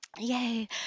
yay